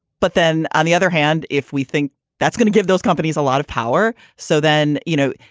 but then on the other hand, if we think that's gonna give those companies a lot of power. so then, you know,